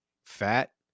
Fat